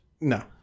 No